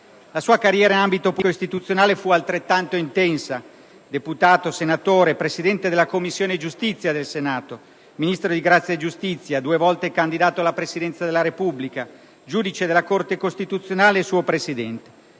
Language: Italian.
La sua carriera in ambito politico e istituzionale fu altrettanto intensa: deputato, senatore, Presidente della Commissione giustizia del Senato, Ministro di grazia e giustizia, due volte candidato alla Presidenza della Repubblica, giudice della Corte costituzionale e suo Presidente.